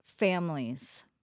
families